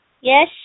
Yes